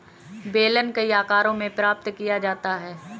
बेलन कई आकारों में प्राप्त किया जाता है